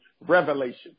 revelation